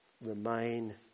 remain